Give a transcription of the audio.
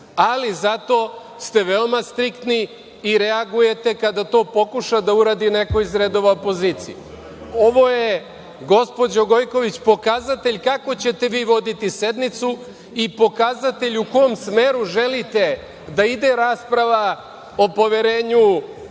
ali zato ste veoma striktni i reagujete kada to pokuša da uradi neko iz redova opozicije. Ovo je, gospođo Gojković, pokazatelj kako ćete voditi sednicu i pokazatelj u kom smeru želite da ide rasprava o poverenju